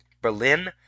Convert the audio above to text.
Berlin